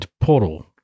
portal